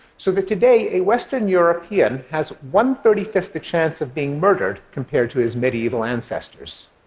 so that today a western european has one thirty fifth the chance of being murdered compared to his medieval ancestors.